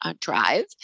drive